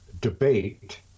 debate